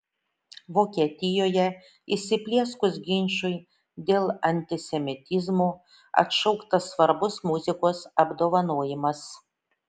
vokietijoje įsiplieskus ginčui dėl antisemitizmo atšauktas svarbus muzikos apdovanojimas